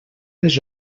les